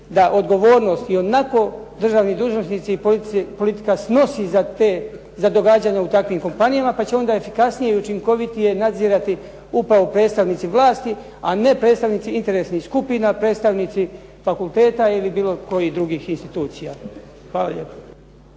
da odgovornost ionako državni dužnosnici i politika snosi za događanja u takvim kompanijama, pa će onda efikasnije i učinkovitije nadzirati upravo predstavnici vlasti, a ne predstavnici interesnih skupina, predstavnici fakulteta ili bilo kojih drugih institucija. Hvala lijepa.